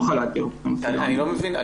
אני לא מבין.